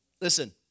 Listen